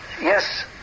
Yes